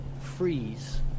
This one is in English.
freeze